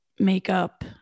Makeup